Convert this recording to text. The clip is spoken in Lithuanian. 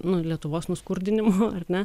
nu lietuvos nuskurdinimu ar ne